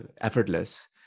Effortless